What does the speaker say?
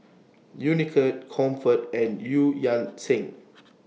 Unicurd Comfort and EU Yan Sang